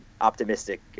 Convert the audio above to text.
optimistic